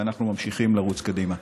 ואנחנו ממשיכים לרוץ קדימה.